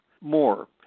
more